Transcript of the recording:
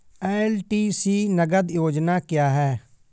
LTC नगद योजना क्या है?